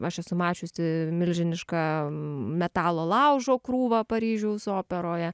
aš esu mačiusi milžinišką metalo laužo krūvą paryžiaus operoje